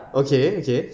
okay okay